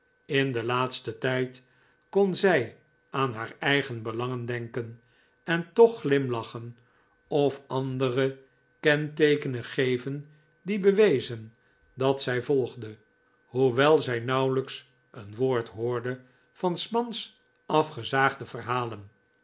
in den laatsten tijd kon zij aan haar eigen belangen denken en toch glimlachen of andere kenteekenen geven die bewezen dat zij volgde hoewel zij nauwelijks een woord hoorde van s mans afgezaagde verhalen